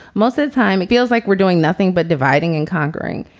most of the time it feels like we're doing nothing but dividing and conquering.